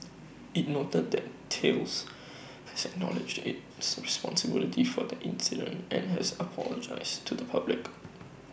IT noted that Thales has acknowledged its responsibility for the incident and has apologised to the public